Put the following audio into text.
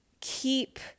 keep